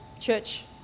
church